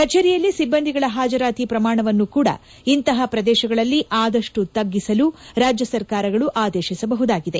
ಕಚೇರಿಯಲ್ಲಿ ಸಿಬ್ಬಂದಿಗಳ ಹಾಜರಾತಿ ಪ್ರಮಾಣವನ್ನು ಕೂಡ ಇಂತಹ ಪ್ರದೇಶಗಳಲ್ಲಿ ಆದಷ್ಟು ತಗ್ಗಿಸಲು ರಾಜ್ಯ ಸರಕಾರಗಳು ಆದೇಶಿಸಬಹುದಾಗಿದೆ